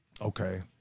Okay